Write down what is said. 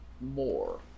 more